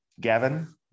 Gavin